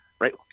Right